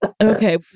Okay